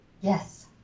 Yes